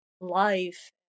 life